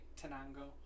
tenango